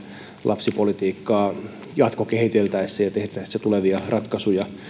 lapsipolitiikkaa jatkokehiteltäessä ja tehtäessä tulevia ratkaisuja